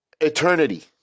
eternity